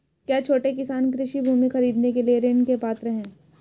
क्या छोटे किसान कृषि भूमि खरीदने के लिए ऋण के पात्र हैं?